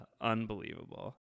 unbelievable